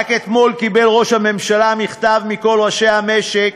רק אתמול קיבל ראש הממשלה מכתב מכל ראשי המשק: